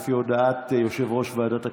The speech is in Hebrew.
לפי הודעת יושב-ראש ועדת הכנסת,